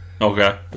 Okay